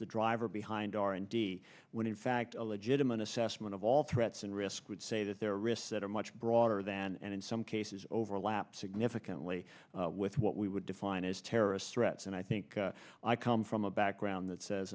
the driver behind r and d when in fact a legitimate assessment of all threats and risk would say that there are risks that are much broader than and in some cases overlap significantly with what we would define as terrorist threats and i think i come from a background that says